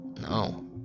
No